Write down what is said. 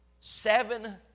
Seven